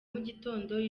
mugitondo